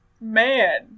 man